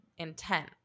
intent